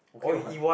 ok what